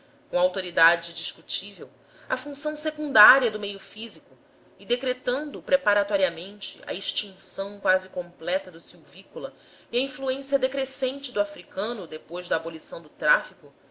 com autoridade discutível a função secundária do meio físico e decretando preparatoriamente a extinção quase completa do silvícola e a influência decrescente do africano depois da abolição do tráfico